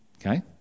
Okay